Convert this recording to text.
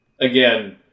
Again